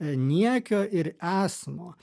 niekio ir esmo